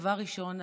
דבר ראשון,